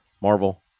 Marvel